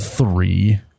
Three